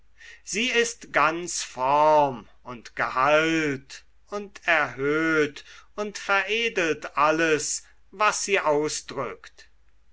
sie ist ganz form und gehalt und erhöht und veredelt alles was sie ausdrückt